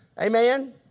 Amen